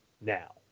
now